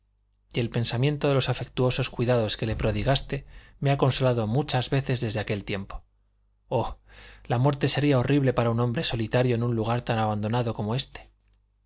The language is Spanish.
el pensamiento de los afectuosos cuidados que le prodigaste me ha consolado muchas veces desde aquel tiempo oh la muerte sería horrible para un hombre solitario en un lugar tan abandonado como éste